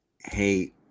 hate